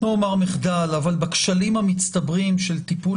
לא אומר מחדל אבל בכשלים המצטברים של טיפול